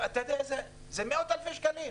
זה מאות אלפי שקלים,